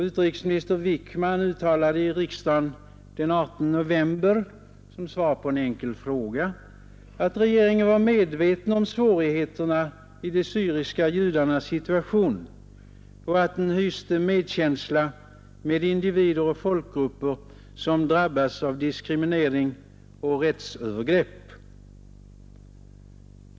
Utrikesminister Wickman uttalade i riksdagen den 18 november som svar på en enkel fråga, att regeringen var medveten om svårigheterna i de syriska judarnas situation och att regeringen hyste Nr 57 medkänsla med individer och folkgrupper som drabbas av diskriminering Torsdagen den och rättsövergrepp.